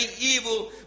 evil